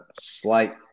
slight